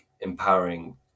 empowering